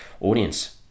audience